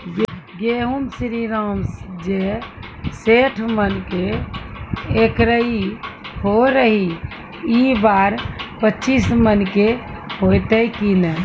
गेहूँ श्रीराम जे सैठ मन के एकरऽ होय रहे ई बार पचीस मन के होते कि नेय?